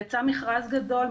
יצא מכרז גדול,